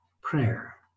Prayer